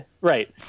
Right